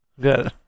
good